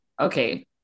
okay